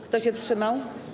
Kto się wstrzymał?